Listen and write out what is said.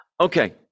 Okay